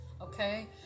Okay